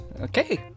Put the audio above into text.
Okay